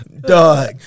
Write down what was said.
Dog